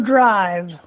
Drive